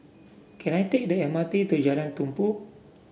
can I take the M R T to Jalan Tumpu